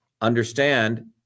understand